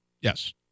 Yes